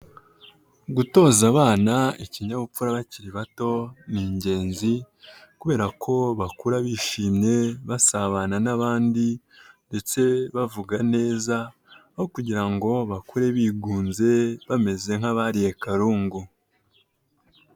Gutoza abana ikinyabupfura bakiri bato ni ingenzi kubera ko bakura bishimye basabana n'abandi ndetse bavuga neza aho kugira ngo bakure bigunze bameze nk'abariye karungu.